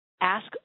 ask